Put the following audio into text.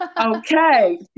Okay